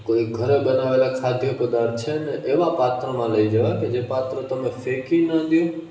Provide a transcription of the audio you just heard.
કોઈ ઘરે બનાવેલા ખાદ્ય પદાર્થ છે ને એવા પાત્રમાં લઈ જવા કે જે પાત્ર તમે ફેંકી ન દ્યો